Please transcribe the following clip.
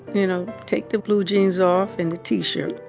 you know, take the blue jeans off and the t-shirt.